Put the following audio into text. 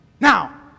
Now